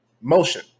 motion